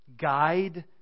guide